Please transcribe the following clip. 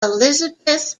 elizabeth